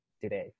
today